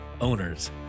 owners